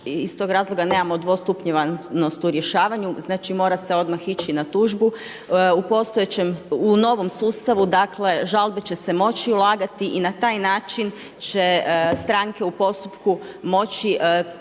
iz tog razloga nemamo dvostupnjevanost u rješavanju, znači mora se odmah ići na tužbu. U novom sustavu dakle žalbe će se moći ulagati i na taj način će stranke u postupku moći prije